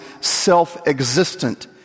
self-existent